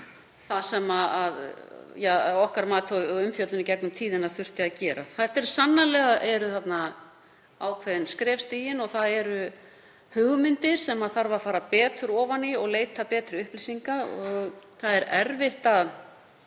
það sem að okkar mati, og í umfjöllun í gegnum tíðina, þurfti að gera. Þarna eru sannarlega ákveðin skref stigin og það eru hugmyndir sem þarf að fara betur ofan í og leita betri upplýsinga. Það er erfitt að